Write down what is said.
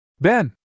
Ben